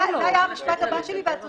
זה היה המשפט הבא שלי, ואת צודקת.